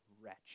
wretch